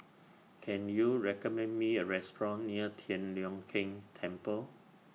Can YOU recommend Me A Restaurant near Tian Leong Keng Temple